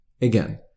Again